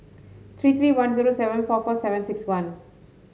three three one zero seven four four seven six one